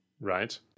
Right